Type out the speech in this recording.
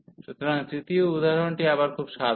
সুতরাং তৃতীয় উদাহরণটি আবার খুব সাধারণ